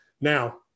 Now